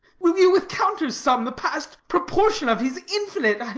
will you with counters sum the past-proportion of his infinite,